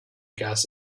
gas